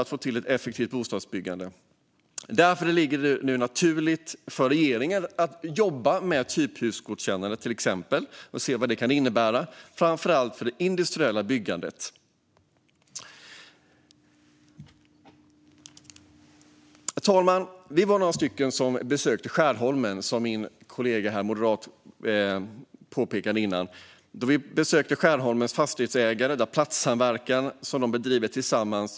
Det har också att göra med kommuners olika särkrav. Därför är det nu naturligt för regeringen att jobba med till exempel typhusgodkännanden och se vad det kan innebära, framför allt för det industriella byggandet. Herr talman! Som min kollega från Moderaterna berättade var vi några stycken som besökte Skärholmen. Vi träffade Skärholmens fastighetsägare och fick höra om den platssamverkan de bedriver tillsammans.